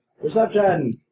Perception